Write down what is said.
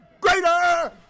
Greater